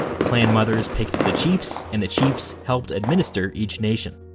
clan mothers picked the chiefs, and the chiefs helped administer each nation.